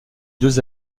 deux